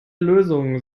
lösung